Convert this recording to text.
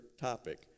topic